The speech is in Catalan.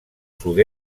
sud